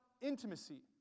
intimacy